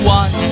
one